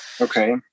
okay